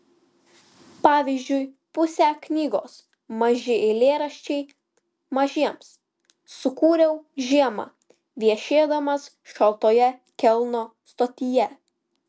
pavyzdžiui pusę knygos maži eilėraščiai mažiems sukūriau žiemą viešėdamas šaltoje kelno stotyje